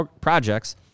projects